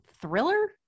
Thriller